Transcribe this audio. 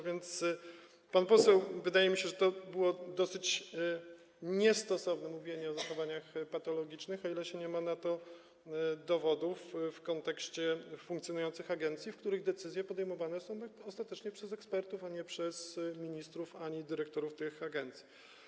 Wydaje mi się, że dosyć niestosowne było mówienie o zachowaniach patologicznych, o ile nie ma się na to dowodów w kontekście funkcjonujących agencji, w których decyzje podejmowane są ostatecznie przez ekspertów, a nie przez ministrów ani dyrektorów tych agencji.